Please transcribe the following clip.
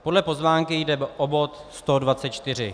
Podle pozvánky jde o bod 124.